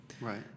Right